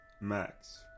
Max